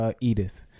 Edith